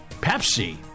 pepsi